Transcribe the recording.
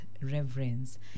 reverence